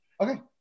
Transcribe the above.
Okay